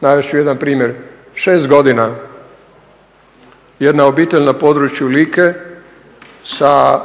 Navest ću jedan primjer. Šest godina jedna obitelj na području Like sa